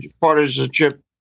partisanship